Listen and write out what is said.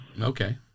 Okay